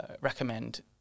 recommend